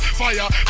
fire